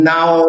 Now